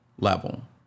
level